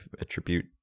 attribute